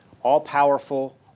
all-powerful